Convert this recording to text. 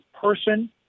person